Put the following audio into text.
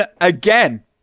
again